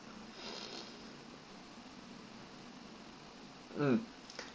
mm